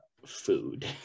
food